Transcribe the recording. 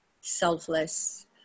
selfless